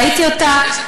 ראיתי אותה,